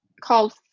called